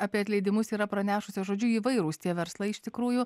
apie atleidimus yra pranešusios žodžiu įvairūs tie verslai iš tikrųjų